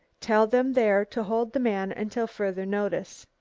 tell them there to hold the man until further notice.